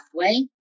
pathway